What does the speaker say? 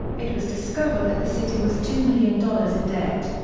it was discovered that the city was two million dollars in debt.